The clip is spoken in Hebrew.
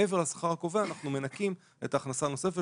מעבר לשכר הקובע, אנחנו מנכים את ההכנסה הנוספת.